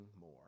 more